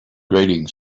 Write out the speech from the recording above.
grating